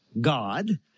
God